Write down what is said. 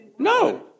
No